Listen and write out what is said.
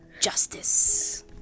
justice